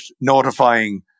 notifying